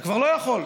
אתה כבר לא יכול,